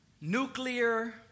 Nuclear